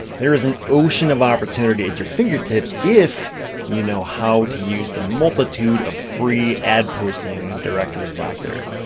there is an ocean of opportunity at your fingertips, if you know how to use the multitude of free ad posting directories out there.